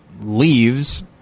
leaves